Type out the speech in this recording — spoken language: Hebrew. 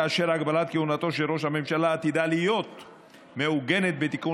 כאשר הגבלת כהונתו של ראש הממשלה עתידה להיות מעוגנת בתיקון